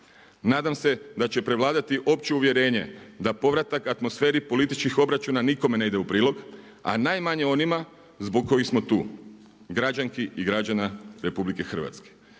Nadam se da će prevladati opće uvjerenje da povratak atmosferi političkih obračuna nikome ne ide u prilog, a najmanje onima zbog kojih smo tu, građanki i građana RH.